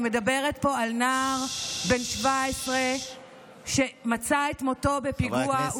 אני מדברת פה על נער בן 17 שמצא את מותו בפיגוע.